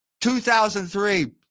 2003